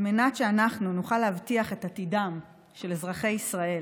על מנת שאנחנו נוכל להבטיח את עתידם של אזרחי ישראל,